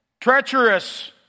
Treacherous